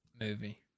movie